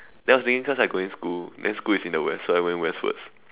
then I was thinking cause I going school then school is in the West so I went Westwards